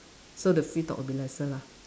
so the free talk will be lesser lah